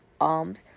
arms